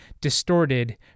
distorted